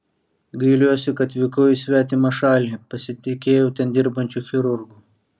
gailiuosi kad vykau į svetimą šalį pasitikėjau ten dirbančiu chirurgu